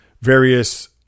Various